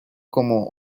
como